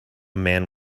man